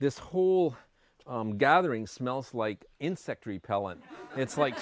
this whole gathering smells like insect repellent it's like